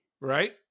right